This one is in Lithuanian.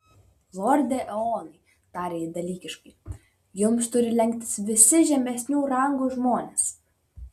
lorde eonai tarė ji dalykiškai jums turi lenktis visi žemesnių rangų žmonės